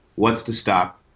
what's to stop?